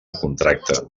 contracte